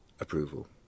approval